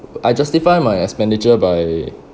I justify my expenditure by